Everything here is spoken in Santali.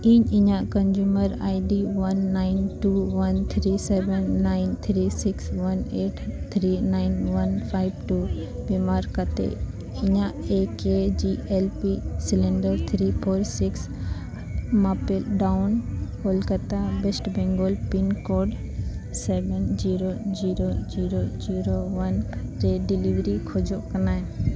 ᱤᱧ ᱤᱧᱟᱹᱜ consumer ID one nine two one three seven nine three six one eight three nine one five two ᱵᱮᱵᱚᱦᱟᱨ ᱠᱟᱛᱮᱫ ᱤᱧᱟᱹᱜ ᱮ K G L P cylinder three four six ᱢᱟᱯ ᱰᱟᱣᱩᱱ Kolkata West Bengal pin code seven zero zero zero one ᱨᱮ ᱰᱮᱞᱤᱵᱷᱟᱨᱤ ᱠᱷᱚᱡᱚᱜ ᱠᱟᱱᱟᱭ